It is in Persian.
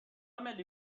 ملی